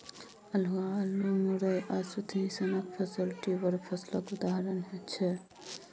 अल्हुआ, अल्लु, मुरय आ सुथनी सनक फसल ट्युबर फसलक उदाहरण छै